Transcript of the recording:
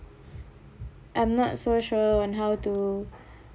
I'm not so sure on how to